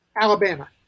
alabama